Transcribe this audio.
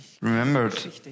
remembered